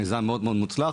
מיזם מוצלח מאוד.